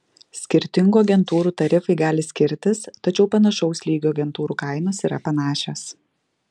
skirtingų agentūrų tarifai gali skirtis tačiau panašaus lygio agentūrų kainos yra panašios